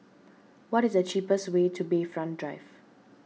what is the cheapest way to Bayfront Drive